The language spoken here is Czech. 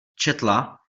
četla